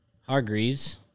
Hargreaves